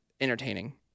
entertaining